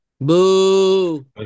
boo